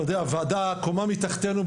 אתה יודע הוועדה קומה מתחתנו,